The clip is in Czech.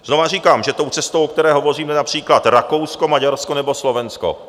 Znova říkám, že tou cestou, o které hovoříme, například Rakousko, Maďarsko nebo Slovensko.